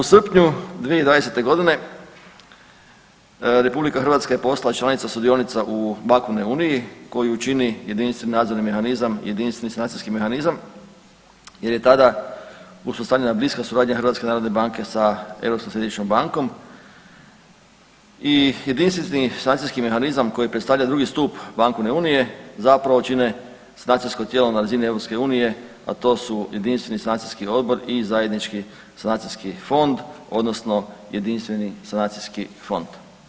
U srpnju 2020. godine RH je postala članica sudionica u bankovnoj uniji koju čini jedinstveni nadzorni mehanizam, jedinstveni sanacijski mehanizam jer je tada uspostavljena bliska suradnja HNB-a sa Europskom središnjom bankom i jedinstveni sanacijski mehanizam koji predstavlja drugi stup bankovne unije zapravo čine sanacijsko tijelo na razini EU, a to su Jedinstveni sanacijski odbor i zajednički sanacijski fond odnosno Jedinstveni sanacijski fond.